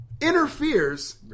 interferes